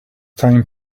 time